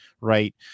right